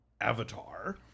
Avatar